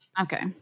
Okay